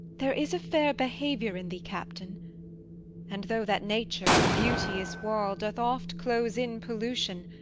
there is a fair behaviour in thee, captain and though that nature with a beauteous wall doth oft close in pollution,